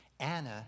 Anna